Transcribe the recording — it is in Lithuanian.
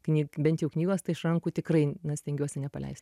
knyg bent jau knygos tai iš rankų tikrai stengiuosi nepaleist